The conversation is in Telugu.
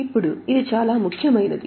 ఇప్పుడు ఇది చాలా ముఖ్యమైనది